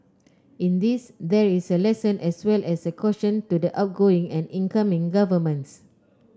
in this there is a lesson as well as a caution to the outgoing and incoming governments